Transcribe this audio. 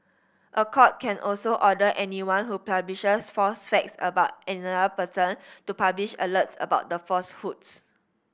a court can also order anyone who publishes false facts about another person to publish alerts about the falsehoods